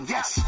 Yes